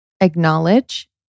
acknowledge